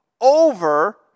over